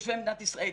מתושבי מדינת ישראל,